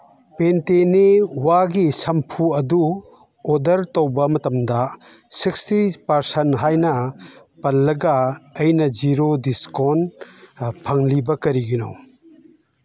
ꯄꯦꯟꯇꯦꯅꯦ ꯋꯥꯒꯤ ꯁꯝꯄꯨ ꯑꯗꯨ ꯑꯣꯗꯔ ꯇꯧꯕ ꯃꯇꯝꯗ ꯁꯤꯛꯁꯇꯤ ꯄꯥꯔꯁꯟ ꯍꯥꯏꯅ ꯄꯜꯂꯒ ꯑꯩꯅ ꯖꯤꯔꯣ ꯗꯤꯁꯀꯥꯎꯟ ꯐꯪꯂꯤꯕ ꯀꯔꯤꯒꯤꯅꯣ